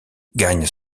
gagne